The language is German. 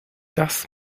das